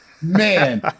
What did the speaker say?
man